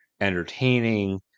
entertaining